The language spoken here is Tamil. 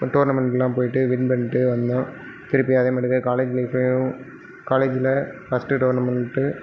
டோர்னமெண்ட்டுக்கெல்லாம் போய்ட்டு வின் பண்ணிவிட்டு வந்தோம் திருப்பியும் அதேமாதிரி தான் காலேஜ் லைஃப்லேயும் காலேஜில் ஃபஸ்ட்டு டோர்னமெண்ட்டு